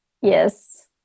Yes